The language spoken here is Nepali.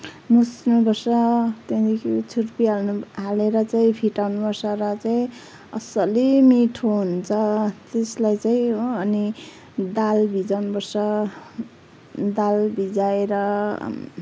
मुछ्नु पर्छ त्यहाँदेखिको छुर्पि हाल्नु हालेर चाहिँ फिटाउनु पर्छ र चाहिँ असली मिठो हुन्छ त्यसलाई चाहिँ हो अनि दाल भिजाउनु पर्छ दाल भिजाएर